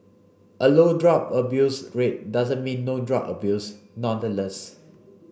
a low drug abuse rate doesn't mean no drug abuse nonetheless